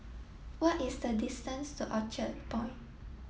what is the distance to Orchard Point